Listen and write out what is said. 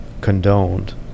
condoned